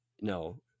no